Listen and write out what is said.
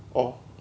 orh